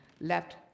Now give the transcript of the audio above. left